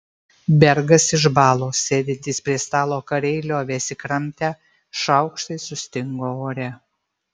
bergas išbalo sėdintys prie stalo kariai liovėsi kramtę šaukštai sustingo ore